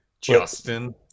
Justin